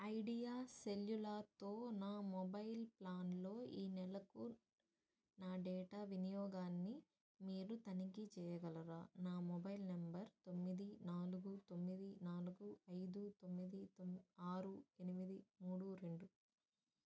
idea సెల్యులార్తో నా mobile ప్లాన్లో ఈ నెలకు నా డేటా వినియోగాన్ని మీరు తనిఖీ చేయగలరా నా మొబైల్ నెంబర్ తొమ్మిది నాలుగు తొమ్మిది నాలుగు ఐదు తొమ్మిది ఆరు ఎనిమిది మూడు రెండు